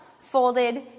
folded